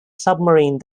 submarine